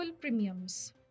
premiums